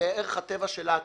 בערך הטבע שלה עצמה.